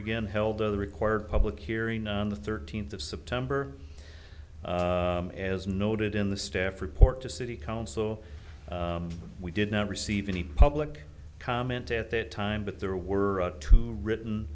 again held the required public hearing on the thirteenth of september as noted in the staff report to city council we did not receive any public comment at that time but there were two